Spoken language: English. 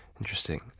Interesting